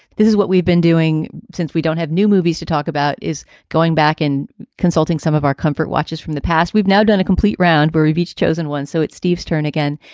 this is what we've been doing since we don't have new movies to talk about is going back and consulting some of our comfort watches from the past. we've now done a complete round where we've each chosen one. so it's steve's turn again.